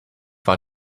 war